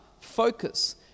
focus